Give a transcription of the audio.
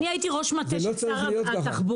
הייתי ראש מטה של שר התחבורה.